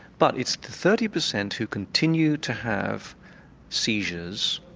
but it's the thirty per cent who continue to have seizures,